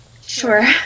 sure